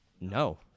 no